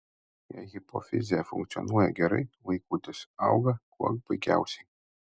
jei hipofizė funkcionuoja gerai vaikutis auga kuo puikiausiai